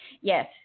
yes